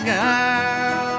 girl